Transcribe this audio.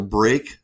break